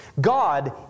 God